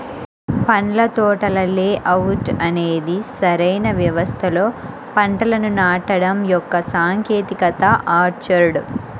పండ్ల తోటల లేఅవుట్ అనేది సరైన వ్యవస్థలో పంటలను నాటడం యొక్క సాంకేతికత ఆర్చర్డ్